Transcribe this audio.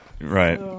right